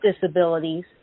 disabilities